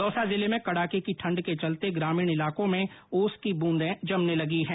दौसा जिले में कड़के की ठण्ड के चलते ग्रामीण इलाकों में ओस की बूंदे जमने लगी है